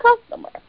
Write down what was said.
customer